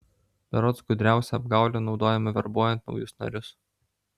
berods gudriausia apgaulė naudojama verbuojant naujus narius